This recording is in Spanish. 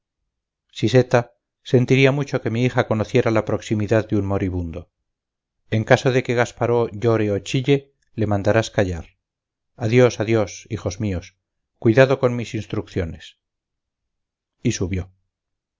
vida siseta sentiría mucho que mi hija conociera la proximidad de un moribundo en caso de que gasparó llore o chille le mandarás callar adiós adiós hijos míos cuidado con mis instrucciones y subió